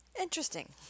Interesting